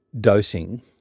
dosing